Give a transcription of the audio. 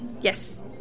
Yes